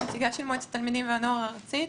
נציגה של מועצת התלמידים והנוער הארצית.